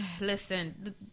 Listen